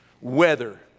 weather